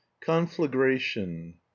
Conflagration